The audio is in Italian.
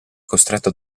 costretto